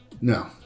No